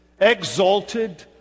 exalted